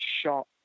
shot